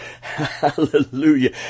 Hallelujah